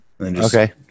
Okay